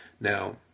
Now